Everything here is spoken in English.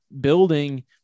building